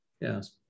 Yes